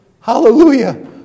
Hallelujah